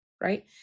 right